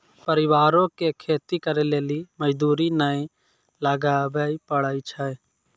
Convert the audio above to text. परिवारो के खेती करे लेली मजदूरी नै लगाबै पड़ै छै